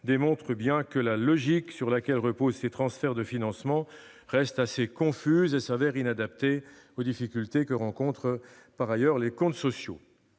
démontrent bien que la logique sur laquelle reposent ces transferts de financement reste confuse et se révèle inadaptée aux difficultés que rencontrent par ailleurs les comptes sociaux.